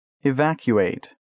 Evacuate